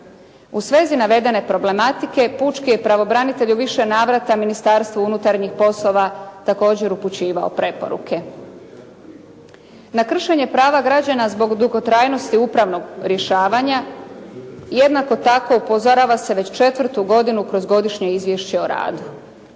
U svezi navedene problematike pučki je pravobranitelj u više navrata Ministarstvu unutarnjih poslova također upućivao preporuke. Na kršenje prava građana zbog dugotrajnosti upravnog rješavanja jednako tako upozorava se već četvrtu godinu kroz godišnje izvješće o radu.